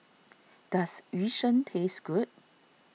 does Yu Sheng taste good